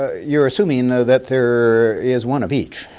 you're assuming you know that there is one of each.